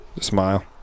Smile